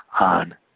on